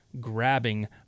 grabbing